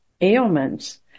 ailments